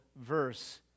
verse